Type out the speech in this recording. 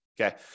Okay